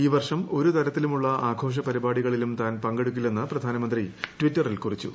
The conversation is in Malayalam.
ഇൌ വർഷം ഒരു തരത്തിലുമുള്ള ആഘോഷ പരിപാടികളിലും താൻ പങ്കെടുക്കില്ലെന്ന് പ്രധാനമന്ത്രി ട്വിറ്ററിൽ കുറിച്ചു